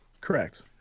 Correct